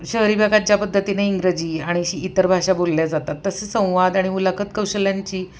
शहरी भागात ज्या पद्धतीने इंग्रजी आणि इतर भाषा बोलल्या जातात तसे संवाद आणि मुलाखत कौशल्यांची